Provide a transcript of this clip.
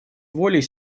волей